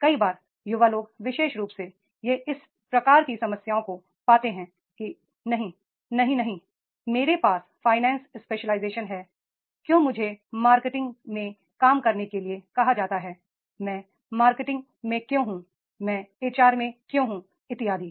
कई बार युवा लोग विशेष रूप से वे इस प्रकार की समस्याओं को पाते हैं कि नहीं नहीं नहीं मेरे पास फाइनेंस स्पेशलाइजेशन है क्यों मुझे विपणन में काम करने के लिए कहा जाता है मैं मार्के टिंगमें क्यों हूं मैं एचआर में क्यों हूं इत्यादि